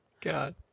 God